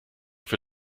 für